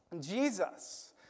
Jesus